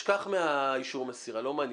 שכח מאישור מסירה, לא מעניין.